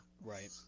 Right